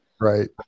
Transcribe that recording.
Right